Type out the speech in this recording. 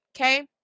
okay